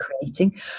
creating